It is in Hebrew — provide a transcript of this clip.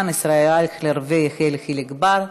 4386, 4389 ו-4395,